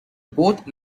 both